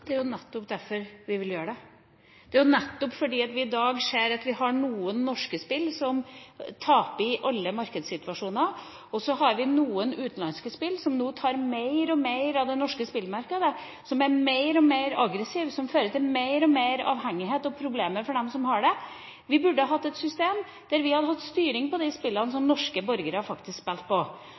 Det er jo nettopp derfor vi vil gjøre det – nettopp fordi vi i dag ser at vi har noen norske spill som taper i alle markedssituasjoner, og så har vi noen utenlandske spill som nå tar mer og mer av det norske spillmarkedet, som er mer og mer aggressive, og som fører til mer og mer avhengighet og problemer for dem som spiller. Vi burde hatt et system der vi hadde styring på de spillene som norske borgere faktisk spiller på.